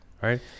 right